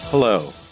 Hello